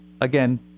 again